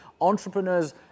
entrepreneurs